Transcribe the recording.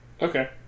Okay